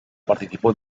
participó